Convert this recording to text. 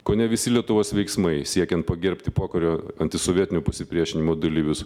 kone visi lietuvos veiksmai siekiant pagerbti pokario antisovietinio pasipriešinimo dalyvius